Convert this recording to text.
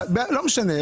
לא משנה.